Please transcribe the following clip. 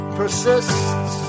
persists